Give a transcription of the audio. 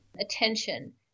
attention